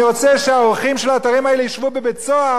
אני רוצה שהעורכים של האתרים האלה ישבו בבית-סוהר,